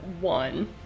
one